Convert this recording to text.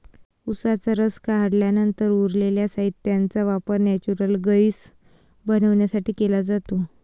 उसाचा रस काढल्यानंतर उरलेल्या साहित्याचा वापर नेचुरल गैस बनवण्यासाठी केला जातो